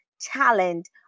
talent